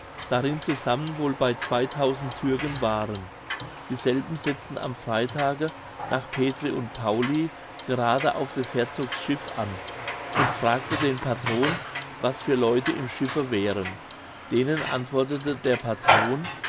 darin zusammen wohl bei zweitausend türken waren dieselben setzten am freitage nach petri und pauli gerade auf des herzogs schiff an und fragte den patron was für leute im schiffe wären denen antwortete der patron